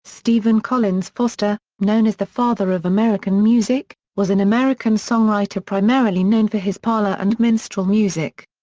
stephen collins foster, known as the father of american music, was an american songwriter primarily known for his parlor and minstrel music.